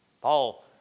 Paul